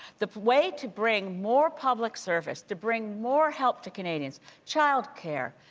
the way to bring more public service, to bring more help to canadians child care,